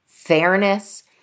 fairness